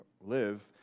live